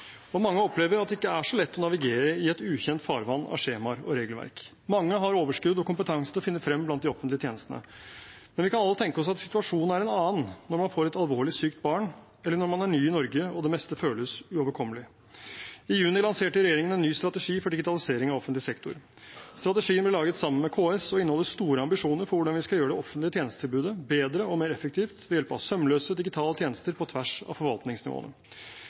og mange opplever at det ikke er så lett å navigere i et ukjent farvann av skjemaer og regelverk. Mange har overskudd og kompetanse til å finne frem blant de offentlige tjenestene, men vi kan alle tenke oss at situasjonen er en annen når man får et alvorlig sykt barn, eller når man er ny i Norge og det meste føles uoverkommelig. I juni lanserte regjeringen en ny strategi for digitalisering av offentlig sektor. Strategien ble laget sammen med KS og inneholder store ambisjoner for hvordan vi skal gjøre det offentlige tjenestetilbudet bedre og mer effektivt ved hjelp av sømløse digitale tjenester på tvers av forvaltningsnivåene.